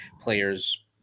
players